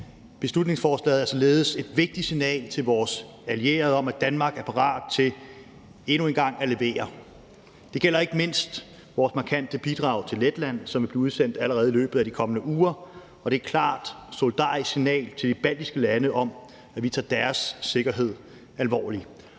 Beslutningsforslaget er således et vigtigt signal til vores allierede om, at Danmark er parat til endnu en gang at levere. Det gælder ikke mindst vores markante bidrag til Letland, som vil blive udsendt allerede i løbet af de kommende uger, og det er et klart solidarisk signal til de baltiske lande om, at vi tager deres sikkerhed alvorligt.